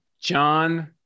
John